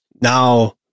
now